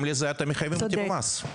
ובהתאם לזה אתם מחייבים אותי במס.